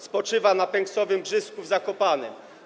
Spoczywa na Pęksowym Brzyzku w Zakopanem.